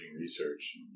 research